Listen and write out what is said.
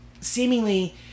seemingly